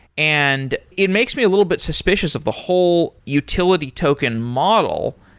and it makes me a little bit suspicious of the whole utility token model,